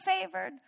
favored